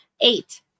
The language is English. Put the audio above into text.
Eight